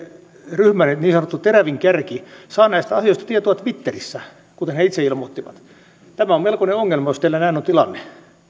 ryhmänne niin sanottu terävin kärki saa näistä asioista tietoa twitterissä kuten he itse ilmoittivat tämä on melkoinen ongelma jos teillä näin on tilanne